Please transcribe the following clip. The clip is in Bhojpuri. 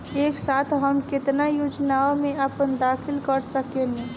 एक साथ हम केतना योजनाओ में अपना दाखिला कर सकेनी?